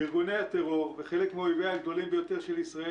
ארגוני הטרור וחלק מאויביה הגדולים ביותר של ישראל